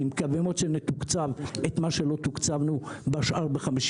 אני מקווה מאוד שנתוקצב את מה שלא תוקצבנו בשאר ב-55.